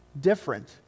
different